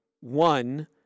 one